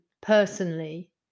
personally